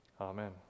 amen